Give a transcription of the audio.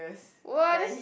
what